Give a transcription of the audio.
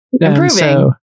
improving